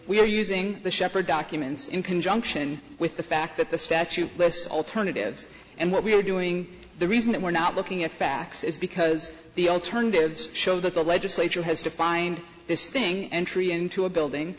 we are using the sheppard documents in conjunction with the fact that the statute less alternatives and what we are doing the reason that we're not looking at facts is because the alternatives show that the legislature has defined this thing entry into a building